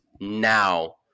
now